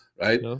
Right